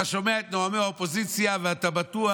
אתה שומע את נואמי האופוזיציה ואתה בטוח